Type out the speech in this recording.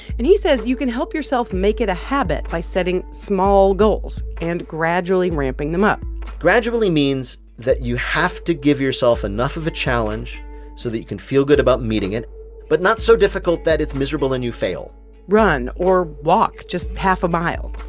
and he says you can help yourself make it a habit by setting small goals and gradually ramping them up gradually means that you have to give yourself enough of a challenge so that you can feel good about meeting it but not so difficult that it's miserable and you fail run or walk just half a mile.